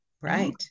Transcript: right